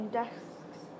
desks